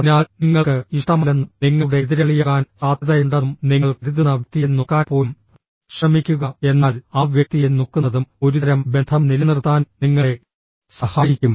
അതിനാൽ നിങ്ങൾക്ക് ഇഷ്ടമല്ലെന്നും നിങ്ങളുടെ എതിരാളിയാകാൻ സാധ്യതയുണ്ടെന്നും നിങ്ങൾ കരുതുന്ന വ്യക്തിയെ നോക്കാൻ പോലും ശ്രമിക്കുക എന്നാൽ ആ വ്യക്തിയെ നോക്കുന്നതും ഒരുതരം ബന്ധം നിലനിർത്താൻ നിങ്ങളെ സഹായിക്കും